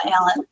Alan